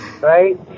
right